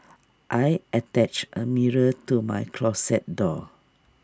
I attached A mirror to my closet door